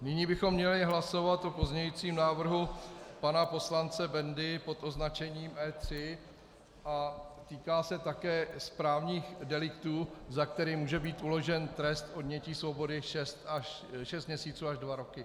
Nyní bychom měli hlasovat o pozměňujícím návrhu pana poslance Bendy pod označením E3 a týká se také správních deliktů, za které může být uložený trest odnětí svobody šest měsíců až dva roky.